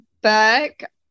back